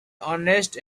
honest